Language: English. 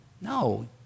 no